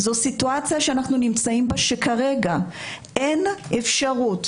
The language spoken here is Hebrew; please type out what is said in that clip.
זו סיטואציה שאנחנו נמצאים בה שכרגע אין אפשרות